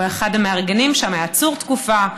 הוא היה אחד המארגנים שם, היה עצור תקופה.